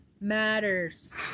matters